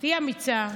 תהיי אמיצה.